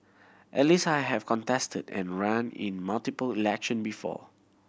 at least I have contested and ran in multiple election before